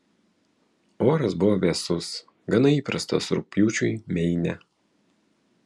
oras buvo vėsus gana įprastas rugpjūčiui meine